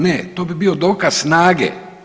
Ne, to bi bio dokaz snage.